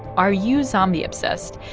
are you zombie-obsessed?